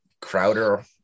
Crowder